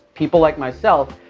people like myself,